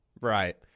right